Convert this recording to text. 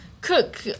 cook